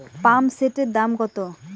পাম্পসেটের দাম কত?